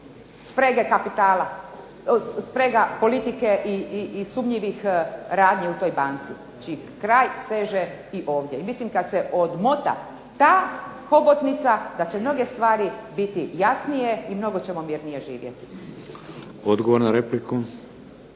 sprega politike i sumnjivih radnji u toj banci, čiji kraj seže i ovdje. Mislim kad se odmota ta hobotnica, da će mnoge stvari biti jasnije i mnogo ćemo mirnije živjeti. **Šeks,